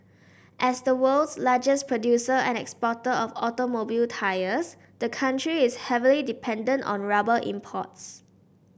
as the world's largest producer and exporter of automobile tyres the country is heavily dependent on rubber imports